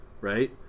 right